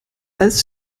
als